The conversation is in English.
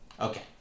Okay